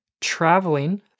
traveling